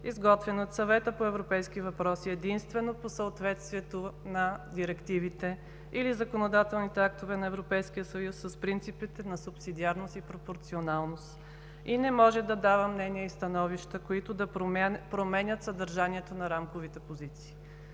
изготвени от Съвета по европейски въпроси единствено по съответствието на директивите или законодателните актове на Европейския съюз с принципите на субсидиарност и пропорционалност и не може да дава мнения и становища, които да променят съдържанието на рамковите позиции.